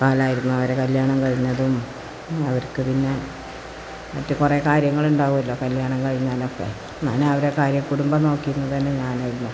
കാലമായിരുന്നു അവര് കല്യാണം കഴിഞ്ഞതും അവർക്ക് പിന്നെ മറ്റു കുറേ കാര്യങ്ങളുണ്ടാവുമല്ലോ കല്യാണം കഴിഞ്ഞാലൊക്കെ ഞാനാ അവരുടെ കാര്യം കുടുംബം നോക്കീരുന്നെ ഞാനായിരുന്നു